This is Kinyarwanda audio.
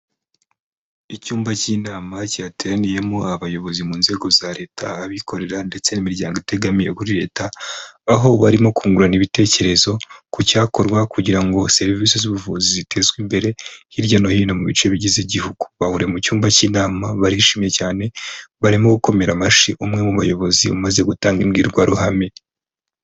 Icyumba cy'inama cyateraniyemo abayobozi mu nzego za leta abikorera ndetse n'imiryango itegamiye kuri leta, aho barimo kungurana ibitekerezo ku cyakorwa kugira ngo serivisi z'ubuvuzi zitezwe imbere hirya no hino mu bice bigize igihugu, bahuriye mu cyumba cy'inama barishimye cyane barimo gukomera amashyi umwe mu bayobozi umaze gutanga imbwirwaruhame.